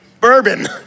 bourbon